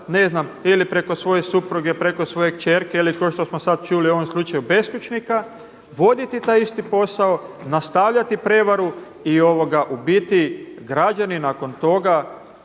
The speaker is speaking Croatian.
ne znam ili preko svoje supruge, preko svoje kćerke ili kao što smo čuli u ovom slučaju beskućnika voditi taj isti posao, nastavljati prevaru i u biti građani nakon toga